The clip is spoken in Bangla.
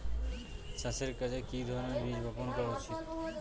চাষের কাজে কি ধরনের বীজ বপন করা উচিৎ?